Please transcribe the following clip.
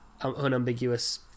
unambiguous